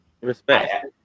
respect